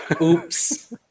Oops